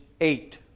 eight